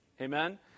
Amen